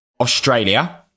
Australia